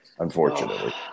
Unfortunately